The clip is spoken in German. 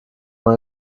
mal